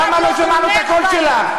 למה לא שמענו את הקול שלך?